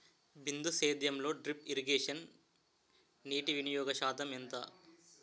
బిందు సేద్యంలో drip irrigation నీటివినియోగ శాతం ఎంత?